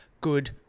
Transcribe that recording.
good